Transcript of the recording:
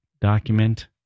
document